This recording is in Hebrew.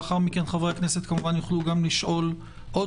לאחר מכן חברי הכנסת יוכלו לשאול עוד